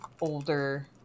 older